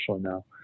now